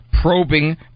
probing